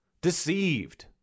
Deceived